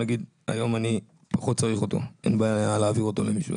היום אני פחות צריך אותו ואין לי בעיה להעביר אותו למישהו.